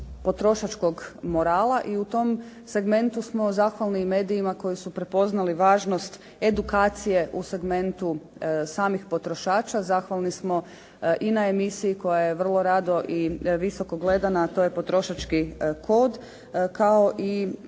potrošačkog morala i u tom segmentu smo zahvalni i medijima koji su prepoznali važnost edukacije u segmentu samih potrošača. Zahvalni smo i na emisiji koja je vrlo rado i visoko gledana a to je “Potrošački kod“, kao i